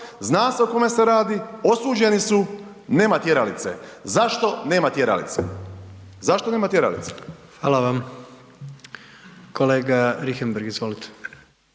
zna se o kome se radi, osuđeni su, nema tjeralice. Zašto nema tjeralice? Zašto nema tjeralice? **Jandroković, Gordan